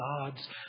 gods